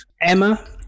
Emma